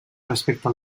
respecte